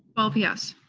twelve yes.